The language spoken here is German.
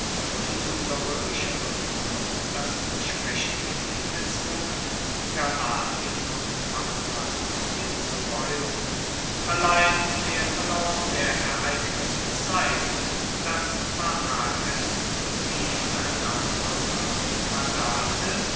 und unter römischer vermittlung das versprechen von ihm erzwungen galatien und paphlagonien zu räumen allein der verlauf der ereignisse zeigt daß pharnakes sowie sein nachfolger